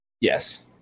Yes